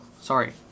sorry